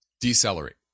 decelerate